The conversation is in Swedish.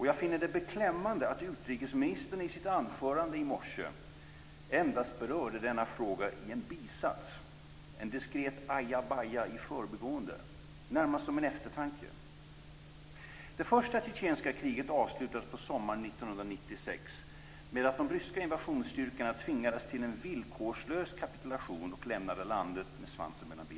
Jag finner det beklämmande att utrikesministern i sitt anförande i morse berörde denna fråga endast i en bisats, ett diskret "ajabaja" i förbigående - närmast som en eftertanke. Det första tjetjenska kriget avslutades på sommaren 1996 med att de ryska invasionsstyrkorna tvingades till en villkorslös kapitulation och lämnade landet med svansen mellan benen.